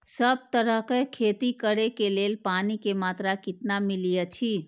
सब तरहक के खेती करे के लेल पानी के मात्रा कितना मिली अछि?